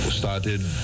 Started